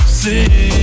see